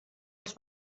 els